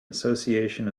association